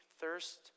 thirst